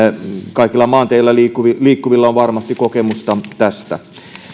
kaikilla maanteillä liikkuvilla liikkuvilla on varmasti kokemusta tästä